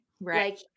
right